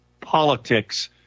politics